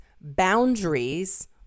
boundaries